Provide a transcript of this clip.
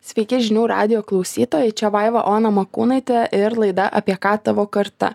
sveiki žinių radijo klausytojai čia vaiva ona makūnaitė ir laida apie ką tavo karta